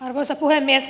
arvoisa puhemies